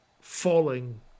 falling